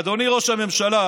אדוני ראש הממשלה,